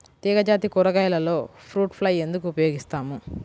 తీగజాతి కూరగాయలలో fruit fly ఎందుకు ఉపయోగిస్తాము?